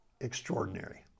Extraordinary